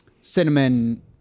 cinnamon